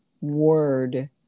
word